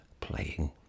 playing